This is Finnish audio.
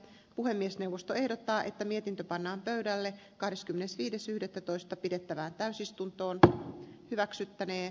puhemiesneuvosto ehdottaa että mietintö pannaan pöydälle kahdeskymmenesviides yhdettätoista pidettävään täysistuntoon ta hyväksyttäneen